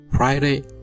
Friday